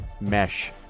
Mesh